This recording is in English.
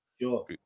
Sure